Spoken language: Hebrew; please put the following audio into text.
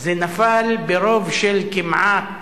זה נפל ברוב של כמעט